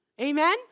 Amen